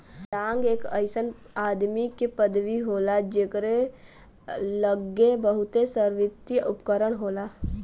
लांग एक अइसन आदमी के पदवी होला जकरे लग्गे बहुते सारावित्तिय उपकरण होला